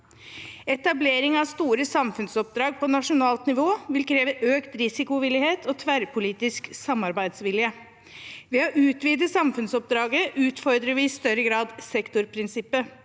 Etablering av store samfunnsoppdrag på nasjonalt nivå vil kreve økt risikovillighet og tverrpolitisk samarbeidsvilje. Ved å utvide samfunnsoppdraget utfordrer vi sektorprinsippet